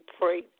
pray